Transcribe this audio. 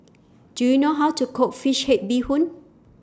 Do YOU know How to Cook Fish Head Bee Hoon